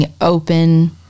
open